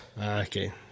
Okay